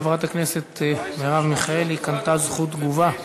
חברת הכנסת מרב מיכאלי קנתה זכות תגובה.